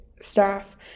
staff